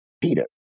Peter